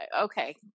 okay